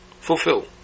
fulfill